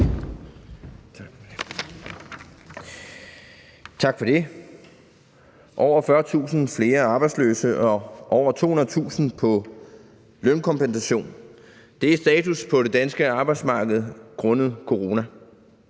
Tak for det. Over 40.000 flere arbejdsløse og over 200.000 på lønkompensation er status på det danske arbejdsmarked grundet corona.